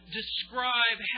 describe